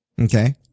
Okay